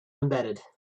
embedded